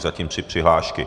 Zatím tři přihlášky.